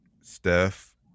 Steph